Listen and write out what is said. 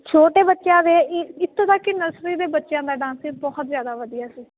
ਛੋਟੇ ਬੱਚਿਆਂ ਦੇ ਇਥੋਂ ਤੱਕ ਕਿ ਨਰਸਰੀ ਦੇ ਬੱਚਿਆਂ ਦਾ ਡਾਂਸ ਬਹੁਤ ਜਿਆਦਾ ਵਧੀਆ ਸੀ